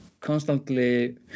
constantly